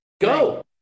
go